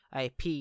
IP